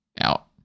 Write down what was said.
out